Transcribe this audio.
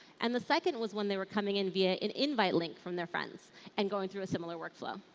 and the second was when they were coming in via an invite link from their friends and going through a similar workflow.